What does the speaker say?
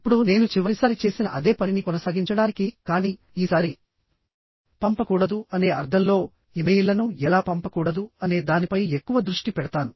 ఇప్పుడునేను చివరిసారి చేసిన అదే పనిని కొనసాగించడానికికానీ ఈసారి పంపకూడదు అనే అర్థంలో ఇమెయిల్లను ఎలా పంపకూడదు అనే దానిపై ఎక్కువ దృష్టి పెడతాను